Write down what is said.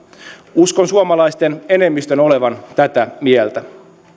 uskon suomalaisten enemmistön olevan tätä mieltä